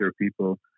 people